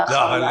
כלאחר יד.